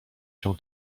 się